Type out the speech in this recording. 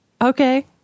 Okay